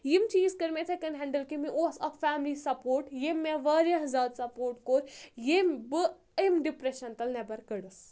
یِم چیٖز کٔر مےٚ اِتھے کٔنۍ ہیٚنٛڈٕل کہِ مےٚ اوس اَکھ فیملی سَپوٹ ییٚمۍ مےٚ واریاہ زیادٕ سَپوٹ کوٚر ییٚمۍ بہٕ أمۍ ڈِپریشَن تَل نؠبَر کٔڈٕس